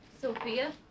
Sophia